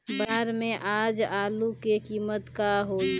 बाजार में आज आलू के कीमत का होई?